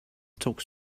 talks